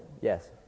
Yes